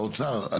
האוצר,